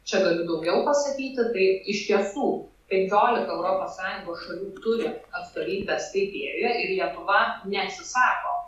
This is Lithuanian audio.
čia galiu daugiau pasakyti tai iš tiesų penkiolika europos sąjungos šalių turi atstovybes taipėjuje ir lietuva neatsisako